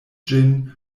ĝin